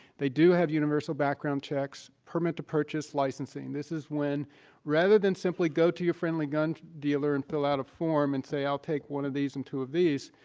they do have universal background checks, permit-to-purchase licensing. this is when rather than simply go to your friendly gun dealer and fill out a form and say, i'll take one of these and two of these,